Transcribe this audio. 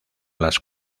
las